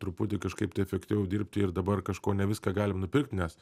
truputį kažkaip tai efektyviau dirbti ir dabar kažko ne viską galim nupirkt nes